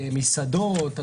מסעדות,